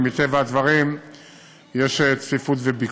ומטבע הדברים יש צפיפות וביקוש.